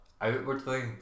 outwardly